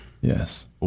Yes